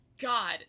god